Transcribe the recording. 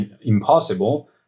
impossible